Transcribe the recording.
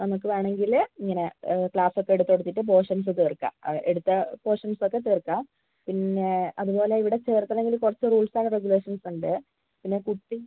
നമുക്ക് വേണമെങ്കിൽ ഇങ്ങനെ ക്ലാസ് ഒക്കെ എടിത്തുകൊടുത്തിട്ട് പോർഷൻസ് തീർക്കാം ആ എടുത്ത പോർഷൻസ് ഒക്കെ തീർക്കാം പിന്നെ അതുപോലെ ഇവിടെ ചേർക്കണമെങ്കിൽ കുറച്ച് റൂൾസ് ആൻഡ് റെഗുലേഷൻസ് ഉണ്ട് പിന്നെ കുട്ടി